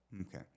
Okay